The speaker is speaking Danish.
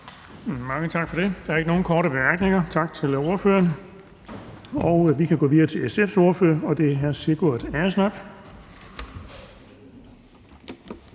Bonnesen): Der er ikke nogen korte bemærkninger. Tak til ordføreren. Vi kan gå videre til SF's ordfører, og det er hr. Sigurd Agersnap.